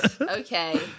Okay